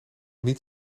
niet